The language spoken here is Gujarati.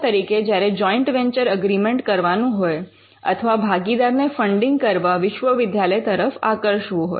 ત જ્યારે જોઇન્ટ વેન્ચર અગ્રીમેન્ટ કરવાનું હોય અથવા ભાગીદારને ફંડિંગ કરવા વિશ્વવિદ્યાલય તરફ આકર્ષવું હોય